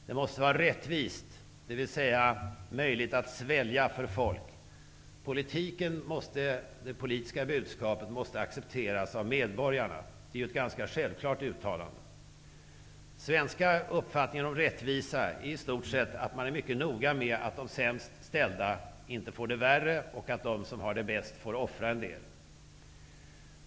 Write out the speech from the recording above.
Det måste vara rättvist, dvs. möjligt att svälja för folk. Det politiska budskapet måste accepteras av medborgarna. Det är ett ganska självklart uttalande. Den svenska uppfattningen om rättvisa är i stort sett att man är mycket noga med att de sämst ställda inte får det värre och att de som har det bäst får offra en del.